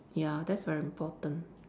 ya that's very important